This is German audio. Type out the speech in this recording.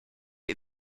ihr